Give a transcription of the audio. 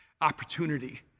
opportunity